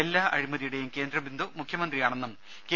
എല്ലാ അഴിമതിയുടേയും കേന്ദ്ര ബിന്ദു മുഖ്യമന്ത്രിയാണെന്നും കെ